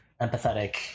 empathetic